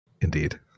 Indeed